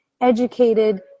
educated